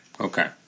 Okay